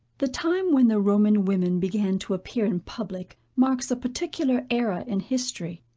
the time when the roman women began to appear in public, marks a particular era in history.